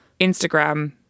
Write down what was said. Instagram